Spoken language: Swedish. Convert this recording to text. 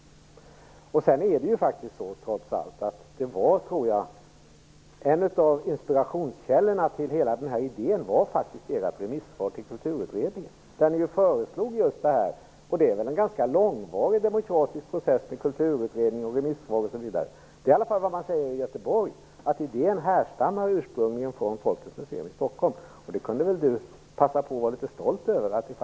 Dessutom var trots allt en av inspirationskällorna till hela den här idén faktiskt ert remissvar till Kulturutredningen, där ni framförde just denna tanke. Det har varit en ganska långvarig demokratisk process via Kulturutredningen, remissvaren osv. Man säger i varje fall i Göteborg att idén ursprungligen härstammar från Folkens museum i Stockholm. Elisa Abascal Reyes kan väl passa på att vara litet stolt över detta.